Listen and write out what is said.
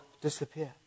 disappear